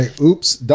oops